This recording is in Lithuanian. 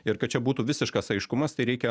ir kad čia būtų visiškas aiškumas tai reikia